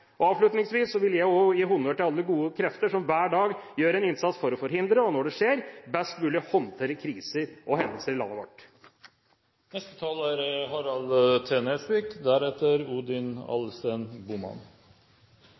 Avslutningsvis vil jeg gi honnør til alle gode krefter som hver dag gjør en innsats for å forhindre kriser, og når det skjer, best mulig håndtere kriser og hendelser i landet